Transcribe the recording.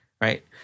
right